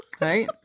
Right